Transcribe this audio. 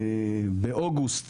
באוגוסט